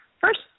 first